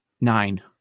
nine